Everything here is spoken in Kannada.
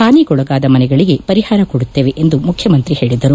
ಪಾನಿಗೊಳಗಾದ ಮನೆಗಳಿಗೆ ಪರಿಪಾರ ಕೊಡುತ್ತೇವ ಎಂದು ಮುಖ್ಠಮಂತ್ರಿ ಹೇಳದರು